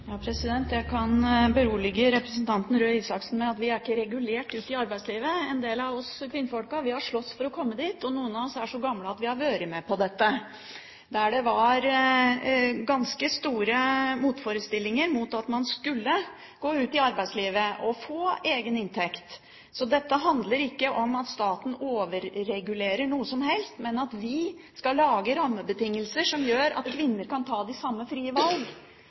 Røe Isaksen med at en del av oss kvinnfolka er ikke regulert ut i arbeidslivet. Vi har slåss for å komme dit, og noen av oss er så gamle at vi har vært med på dette – at det var ganske store motforestillinger mot at man skulle gå ut i arbeidslivet og få egen inntekt. Dette handler ikke om at staten overregulerer noe som helst, men at vi skal lage rammebetingelser som gjør at kvinner kan ta de samme frie valg